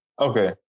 Okay